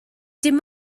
dim